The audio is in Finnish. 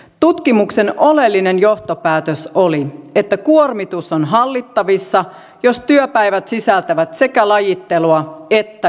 tutkimuksen oleellinen johtopäätös oli että kuormitus on hallittavissa jos työpäivät sisältävät sekä lajittelua että jakelua